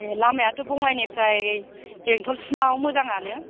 ए लामायाथ' बङाइनिफ्राय बेंटलसिमआव मोजांआनो